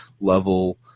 level